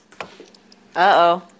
Uh-oh